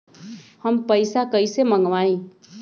हम पैसा कईसे मंगवाई?